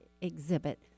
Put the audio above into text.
exhibit